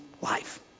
life